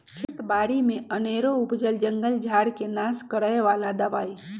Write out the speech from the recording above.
खेत बारि में अनेरो उपजल जंगल झार् के नाश करए बला दबाइ